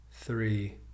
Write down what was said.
Three